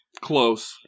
close